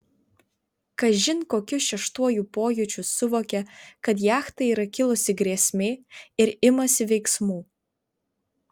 kažin kokiu šeštuoju pojūčiu suvokia kad jachtai yra kilusi grėsmė ir imasi veiksmų